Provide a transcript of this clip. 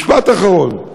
משפט אחרון.